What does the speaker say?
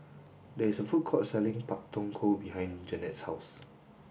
there is a food court selling Pak Thong Ko behind Janette's house